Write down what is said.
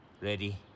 Ready